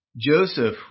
Joseph